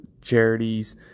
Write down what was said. charities